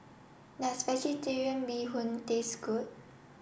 does vegetarian bee hoon taste good